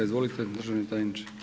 Izvolite državni tajniče.